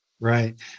Right